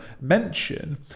mention